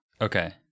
okay